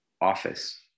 office